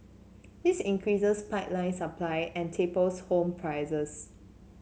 this increases pipeline supply and tapers home prices